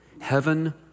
Heaven